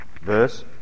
verse